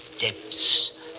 depths